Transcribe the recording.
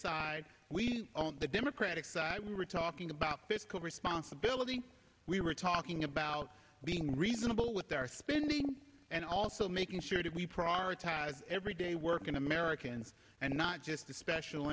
side we on the democratic side were talking about fiscal responsibility we were talking about being reasonable with our spending and also making sure that we prioritize everyday working americans and not just the special